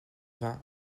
vingt